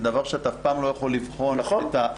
חרטה זה דבר שאתה אף פעם לא יכול לבחון את האמיתיות שלו.